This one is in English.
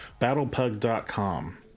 Battlepug.com